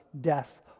death